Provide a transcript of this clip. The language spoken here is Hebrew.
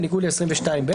בניגוד ל-22ב